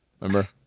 Remember